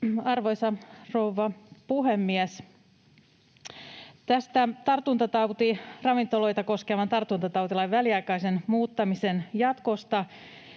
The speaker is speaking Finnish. Arvoisa rouva puhemies! Tästä ravintoloita koskevan tartuntatautilain väliaikaisen muuttamisen jatkosta